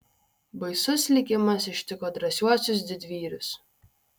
baisus likimas ištiko drąsiuosius didvyrius